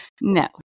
no